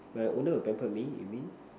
my owner will pamper me you mean